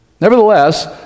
Nevertheless